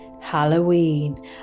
Halloween